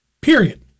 period